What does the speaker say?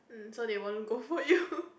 so they won't go for you